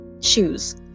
Shoes